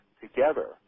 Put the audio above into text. together